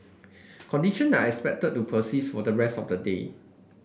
condition are expected to persist for the rest of the day